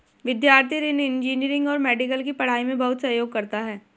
विद्यार्थी ऋण इंजीनियरिंग और मेडिकल की पढ़ाई में बहुत सहयोग करता है